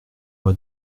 moi